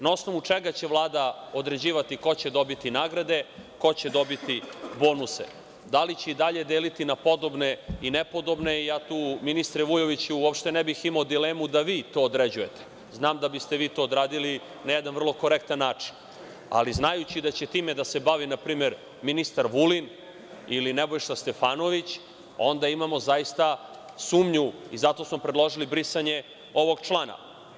Na osnovu čega će Vlada određivati ko će dobiti nagrade, ko će dobiti bonuse, da li će i dalje deliti na podobne i nepodobne i ja tu, ministre Vujoviću, uopšte ne bih imao dilemu da vi to određujte, znam da biste vi to odradili na jedan vrlo korektan način, ali znajući da će time da se bavi, na primer ministar Vulin ili Nebojša Stefanović, onda imamo zaista sumnju i zato smo predložili brisanje ovog člana.